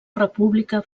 república